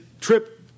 trip